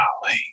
Golly